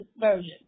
Version